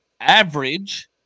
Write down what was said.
average